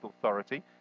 authority